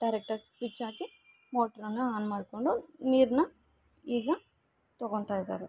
ಡೈರೆಕ್ಟಾಗಿ ಸ್ವಿಚ್ ಹಾಕಿ ಮೋಟ್ರನ ಆನ್ ಮಾಡಿಕೊಂಡು ನೀರನ್ನ ಈಗ ತೊಗೊಳ್ತಾಯಿದ್ದಾರೆ